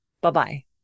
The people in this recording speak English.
Bye-bye